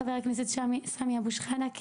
חבר הכנסת סמי אבו שחאדה.